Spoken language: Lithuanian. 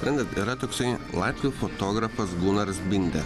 suprantat yra toksai latvių fotografas gunaras bindė